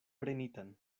prenitan